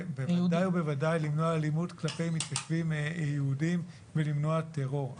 בוודאי ובוודאי למנוע אלימות כלפי מתיישבים יהודים ולמנוע טרור.